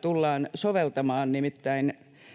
tullaan soveltamaan. Nimittäin